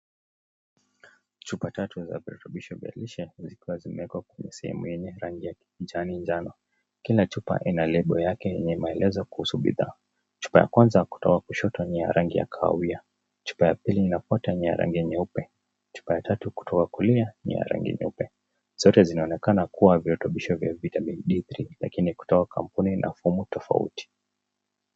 Chupa tatu za virutubisho vya lishe zikiwa zimewekwa kwenye sehemu yenye rangi ya kijani njano. Kila chupa ina lable yake yenye maelezo kuhusu bidhaa. Chupa ya kwanza kutoka kushoto ni ya rangi ya kahawia, chupa ya pili inafuata ni ya rangi nyeupe, chupa ya tatu kutoka kulia ni ya rangi nyeupe. Zote zinaonekana kuwa virutubisho vya vitamin D3 lakini kutoka kampuni na fomu tofauti.